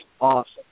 awesome